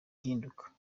ihinduka